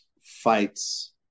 fights